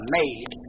made